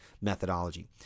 methodology